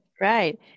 right